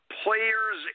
players